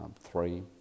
three